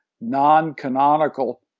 non-canonical